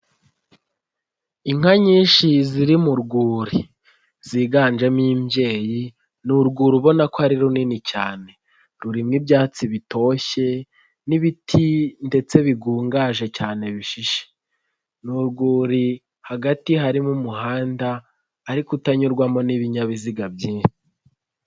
Inka nyinshi ziri mu rwuri ziganjemo imbyeyi, ni urwu rubona ko ari runini cyane, rurimo ibyatsi bitoshye n'ibiti ndetse bigungaje cyane bishishe, ni urwuri hagati harimo umuhanda ariko utanyurwamo n'ibinyabiziga byinshi.